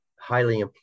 highly